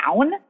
down